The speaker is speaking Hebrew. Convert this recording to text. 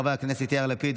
חברי הכנסת יאיר לפיד,